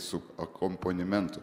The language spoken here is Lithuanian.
su akompanimentu